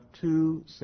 two